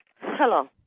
Hello